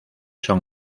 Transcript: son